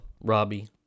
Robbie